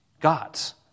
God's